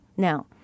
Now